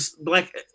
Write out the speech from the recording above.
black